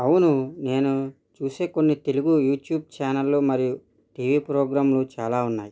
అవును నేను చూసే కొన్ని తెలుగు యూట్యూబ్ ఛానళ్ళు మరియు టీవీ ప్రోగ్రామ్లు చాలా ఉన్నాయి